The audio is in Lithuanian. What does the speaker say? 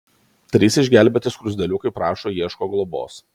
trys išgelbėti skruzdėliukai prašo ieško globos